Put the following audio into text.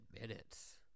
minutes